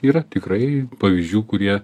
yra tikrai pavyzdžių kurie